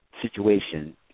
situation